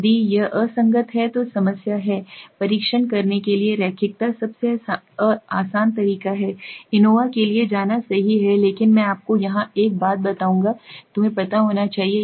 यदि यह असंगत है तो समस्या है परीक्षण करने के लिए रैखिकता सबसे आसान तरीका है एनोवा के लिए जाना सही है लेकिन मैं आपको यहां एक बात बताऊंगा तुम्हे पता होना चाहिए